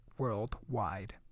worldwide